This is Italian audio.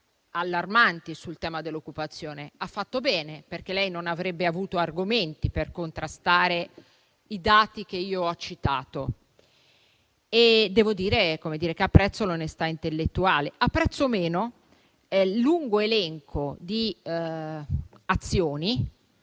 allarmanti sul tema dell'occupazione: ha fatto bene perché non avrebbe avuto argomenti per contrastare i dati che ho citato. Devo dire che apprezzo l'onestà intellettuale, ma apprezzo meno il lungo elenco di azioni